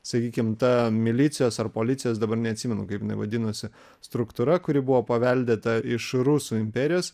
sakykim ta milicijos ar policijos dabar neatsimenu kaip jinai vadinosi struktūra kuri buvo paveldėta iš rusų imperijos